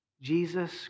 Jesus